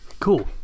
Cool